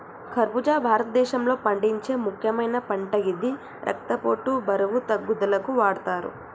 ఖర్బుజా భారతదేశంలో పండించే ముక్యమైన పంట గిది రక్తపోటు, బరువు తగ్గుదలకు వాడతరు